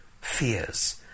fears